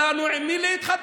לסגן